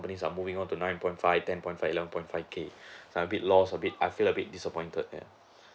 are moving on to nine point five ten point five eleven point five K I'm a bit lost a bit I feel a bit disappointed here